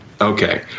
Okay